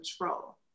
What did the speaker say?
control